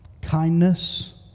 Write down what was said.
kindness